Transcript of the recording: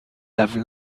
lave